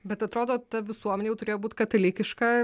bet atrodo ta visuomenė jau turėjo būt katalikiška